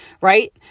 right